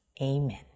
Amen